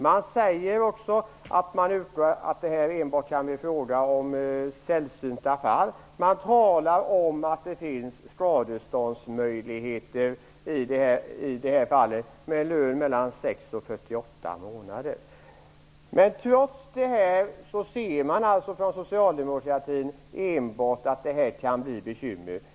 Man säger också att det enbart kan bli fråga om sällsynta fall. Man talar om att det finns skadeståndsmöjligheter, med lön mellan 6 och 48 månader. Trots detta ser Socialdemokraterna alltså enbart att det kan bli bekymmer.